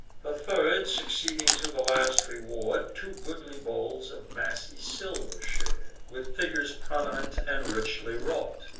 the third, succeeding to the last reward, two goodly bowls of massy silver shar'd, with figures prominent, and richly wrought,